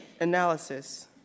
analysis